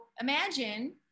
imagine